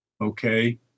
okay